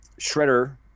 Shredder